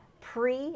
pre